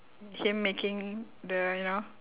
him making the you know